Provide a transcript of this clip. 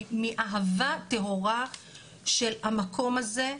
מאהבה טהורה של המקום הזה.